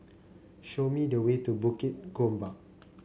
show me the way to Bukit Gombak